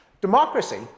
Democracy